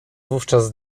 wówczas